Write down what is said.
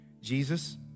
Jesus